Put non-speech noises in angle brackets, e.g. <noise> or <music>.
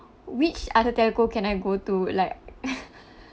which other telco can I go to like <laughs>